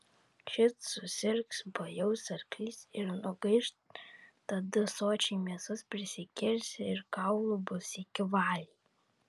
šit susirgs bajaus arklys ir nugaiš tada sočiai mėsos prisikirsi ir kaulų bus iki valiai